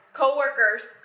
co-worker's